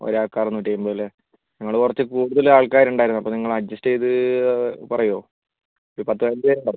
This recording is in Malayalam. ഒരാൾക്ക് അറുന്നൂറ്റയൻപത് അല്ലെ ഞങ്ങൾ കുറച്ച് കൂടുതൽ ആൾക്കാർ ഉണ്ടായിരുന്നു അപ്പം നിങ്ങൾ അഡ്ജസ്റ്റ് ചെയ്ത് പറയോ ഒരു പത്ത് പതിനഞ്ച് പേര് ഉണ്ടാവും